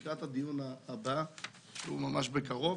לקראת הדיון הבא שהוא ממש בקרוב,